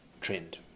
trend